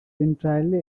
entirely